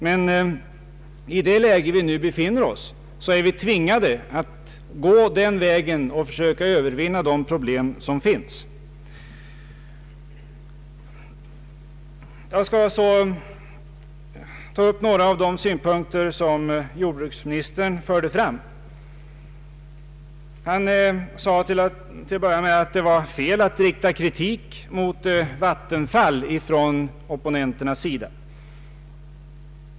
Men i det läge vi nu befinner oss är vi tvingade att gå den vägen och försöka övervinna de problem som där finns. Jag skall så ta upp några av de synpunkter som jordbruksministern förde fram. Statsrådet ansåg att det är felaktigt att rikta kritik mot Vattenfall från opponenternas sida.